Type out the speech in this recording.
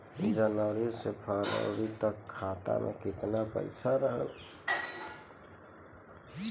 जनवरी से फरवरी तक खाता में कितना पईसा रहल?